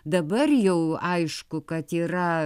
dabar jau aišku kad yra